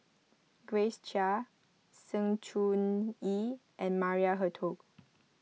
Grace Chia Sng Choon Yee and Maria Hertogh